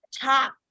top